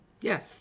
Yes